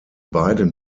beiden